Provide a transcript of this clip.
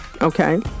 Okay